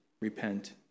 repent